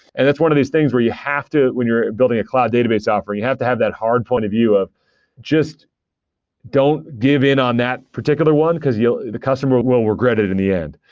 and that's one of these things where you have to when you're building a cloud database offering. you have to have that hard point of view of just don't give in on that particular one, because the customer will regret it in the end.